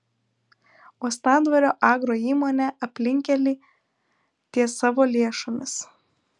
uostadvario agroįmonė aplinkkelį ties savo lėšomis